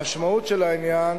המשמעות של העניין